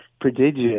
prodigious